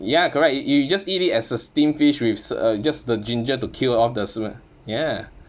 ya correct you you just eat it as a steamed fish with s~ uh just the ginger to kill off the smell ya